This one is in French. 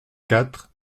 quatre